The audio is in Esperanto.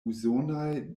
usonaj